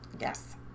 Yes